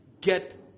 get